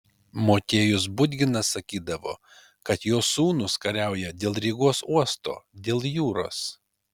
motiejus budginas sakydavo kad jo sūnus kariauja dėl rygos uosto dėl jūros